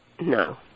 No